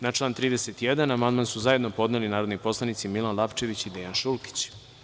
Na član 31. amandman su zajedno podneli narodni poslanici Milan Lapčević i Dejan Šulkić.